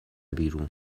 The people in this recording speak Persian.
بیرون